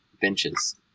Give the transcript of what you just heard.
benches